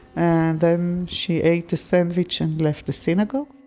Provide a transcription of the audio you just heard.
and then she ate the sandwich and left the synagogue